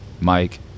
Mike